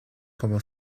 como